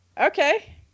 Okay